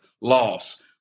loss